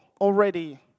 already